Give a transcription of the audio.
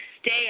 stay